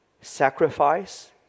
sacrifice